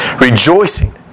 rejoicing